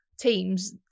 teams